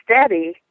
steady